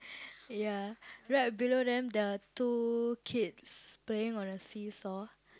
ya right below them the two kids playing on a seesaw